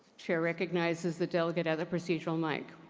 chair recognizes the delegate at the procedural mic.